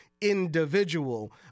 individual